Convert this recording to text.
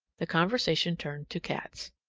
the conversation turned to cats.